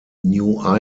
new